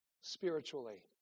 spiritually